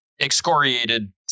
excoriated